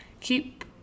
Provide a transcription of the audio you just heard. Keep